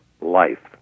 life